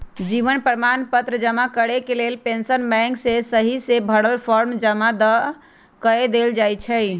जीवन प्रमाण पत्र जमा करेके लेल पेंशन बैंक में सहिसे भरल फॉर्म जमा कऽ देल जाइ छइ